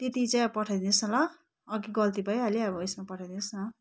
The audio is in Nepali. त्यति चाहिँ अब पठाइदिनुहोस् न ल अघि गल्ती भइहाल्यो अब यसमा पठाइदिनुहोस् न